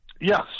Yes